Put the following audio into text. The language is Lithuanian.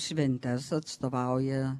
šventes atstovauja